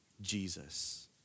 Jesus